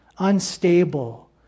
unstable